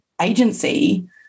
agency